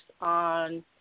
on